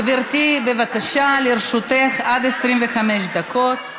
גברתי, בבקשה, לרשותך עד 25 דקות.